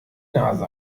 nase